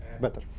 better